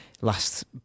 last